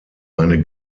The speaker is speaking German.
eine